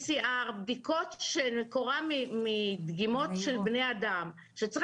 בדיקות שמקורן מדגימות של בני אדם שצריך